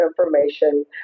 information